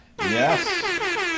Yes